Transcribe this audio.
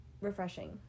refreshing